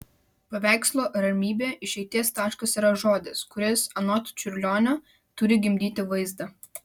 paveikslo ramybė išeities taškas yra žodis kuris anot čiurlionio turi gimdyti vaizdą